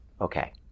Okay